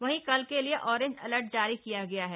वहीं कल के लिए ऑरेज अनर्ट जारी किया गया है